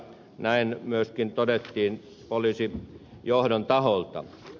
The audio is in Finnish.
näin myöskin todettiin poliisijohdon taholta